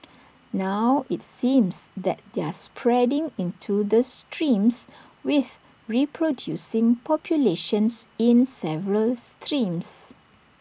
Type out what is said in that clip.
now IT seems that they're spreading into the streams with reproducing populations in several streams